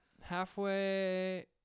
halfway